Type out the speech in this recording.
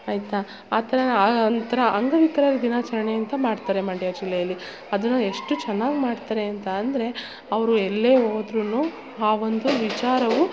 ಆಯಿತಾ ಆ ಥರ ಅಂತರ ಅಂಗವಿಕಲರ ದಿನಾಚರಣೆ ಅಂತ ಮಾಡ್ತಾರೆ ಮಂಡ್ಯ ಜಿಲ್ಲೆಯಲ್ಲಿ ಅದನ್ನು ಎಷ್ಟು ಚೆನ್ನಾಗಿ ಮಾಡ್ತಾರೆ ಅಂತ ಅಂದರೆ ಅವರು ಎಲ್ಲೆ ಹೋದ್ರು ಆ ಒಂದು ವಿಚಾರವು